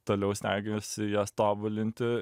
toliau stengiuosi jas tobulinti